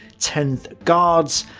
tenth guards,